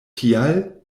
tial